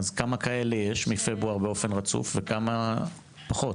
אז כמה יש מפברואר באופן רצוף וכמה פחות?